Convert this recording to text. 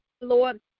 Lord